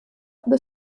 the